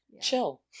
Chill